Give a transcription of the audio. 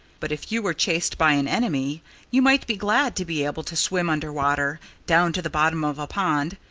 but if you were chased by an enemy you might be glad to be able to swim under water, down to the bottom of a pond,